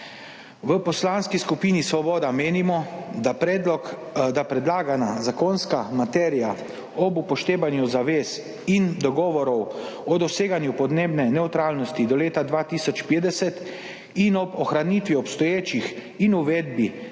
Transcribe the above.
V Poslanski skupini Svoboda menimo, da predlagana zakonska materija ob upoštevanju zavez in dogovorov o doseganju podnebne nevtralnosti do leta 2050 in ob ohranitvi obstoječih in uvedbi